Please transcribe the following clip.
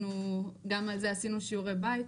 גם על זה עשינו שיעורי בית,